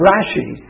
Rashi